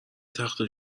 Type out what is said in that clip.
تخته